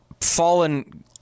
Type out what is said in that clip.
fallen